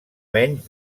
menys